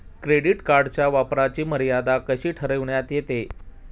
Credit कार्डच्या वापराची मर्यादा कशी ठरविण्यात येते?